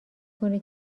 کنه